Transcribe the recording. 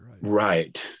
Right